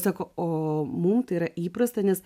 sako o mums tai yra įprasta nes